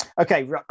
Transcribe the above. Okay